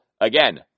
again